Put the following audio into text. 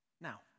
Now